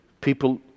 People